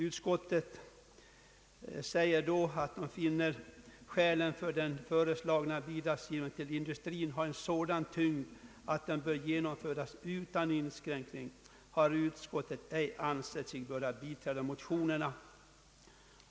Utskottet sade att det fann skälen för bidragsgivningen till industrin ha sådan tyngd att den bör genomföras utan inskränkningar, varför utskottet inte ansåg sig böra biträda motionerna.